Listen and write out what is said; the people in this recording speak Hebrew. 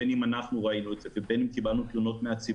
בין אם אנחנו ראינו את זה ובין אם קיבלנו תלונות מהציבור,